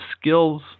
skills